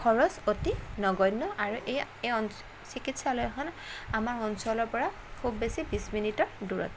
খৰচ অতি নগণ্য় আৰু এই এই অঞ্চ চিকিৎসালয়খন আমাৰ অঞ্চলৰপৰা খুব বেছি বিছ মিনিটৰ দূৰত্ব